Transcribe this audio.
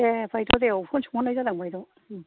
दे बायद' दे औ बेखौनो सोंहरनाय जादों बायद'